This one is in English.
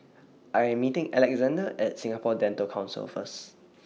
I Am meeting Alexander At Singapore Dental Council First